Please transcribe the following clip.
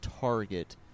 target